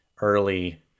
early